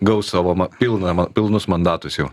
gaus savo ma pilną ma pilnus mandatus jau